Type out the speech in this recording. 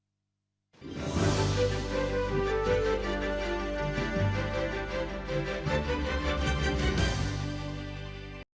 дякую.